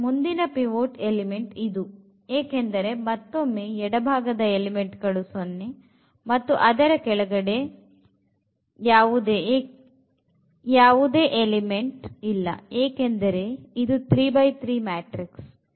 ಈಗ ಮುಂದಿನ pivot element ಇದು ಏಕೆಂದರೆ ಮತ್ತೊಮ್ಮೆ ಎಡಭಾಗದ ಎಲಿಮೆಂಟ್ ಗಳು 0 ಮತ್ತು ಅದರ ಕೆಳಗಡೆ ಯಾವುದೇ ಏಕೆಂದರೆ ಇದು ಮ್ಯಾಟ್ರಿಕ್ಸ್